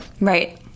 Right